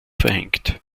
verhängt